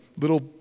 little